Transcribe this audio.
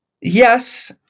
Yes